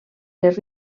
les